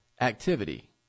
activity